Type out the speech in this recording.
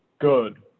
good